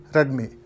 Redmi